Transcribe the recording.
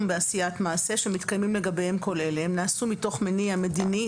בעשיית מעשה שמתקיימים לגביהם כל אלה: "הם נעשו מתוך מניע מדיני,